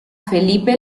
felipe